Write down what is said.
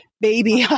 Baby